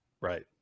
Right